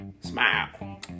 Smile